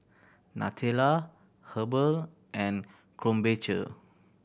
Nutella Habhal and Krombacher